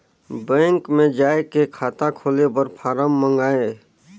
Bank मे जाय के खाता खोले बर फारम मंगाय?